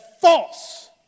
false